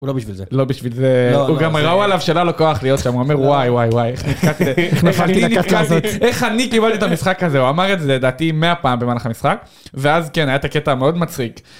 הוא לא בשביל זה, לא בשביל זה, הוא גם ראו עליו שלא היה לו כוח להיות שם, אומר וואי וואי וואי איך אני קיבלתי את המשחק הזה הוא אמר את זה דעתי 100 פעם במהלך המשחק, ואז כן היה את הקטע המאוד מצחיק.